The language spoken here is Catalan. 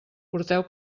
porteu